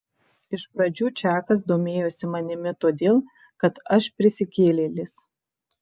iš pradžių čakas domėjosi manimi todėl kad aš prisikėlėlis